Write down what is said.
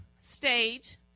stage